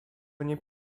nie